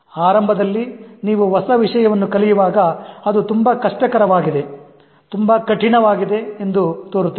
ಆರಂಭದಲ್ಲಿ ನೀವು ಹೊಸ ವಿಷಯವನ್ನು ಕಲಿಯುವಾಗ ಅದು ತುಂಬಾ ಕಷ್ಟಕರವಾಗಿದೆ ತುಂಬಾ ಕಠಿಣವಾಗಿದೆ ಎಂದು ತೋರುತ್ತದೆ